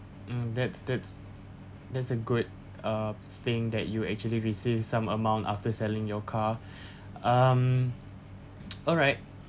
mm that's that's that's a good uh thing that you actually received some amount after selling your car um alright